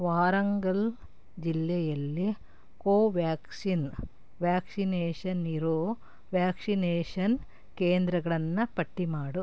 ವಾರಂಗಲ್ ಜಿಲ್ಲೆಯಲ್ಲಿ ಕೋವ್ಯಾಕ್ಸಿನ್ ವ್ಯಾಕ್ಸಿನೇಷನ್ ಇರೊ ವ್ಯಾಕ್ಸಿನೇಷನ್ ಕೇಂದ್ರಗಳನ್ನು ಪಟ್ಟಿ ಮಾಡು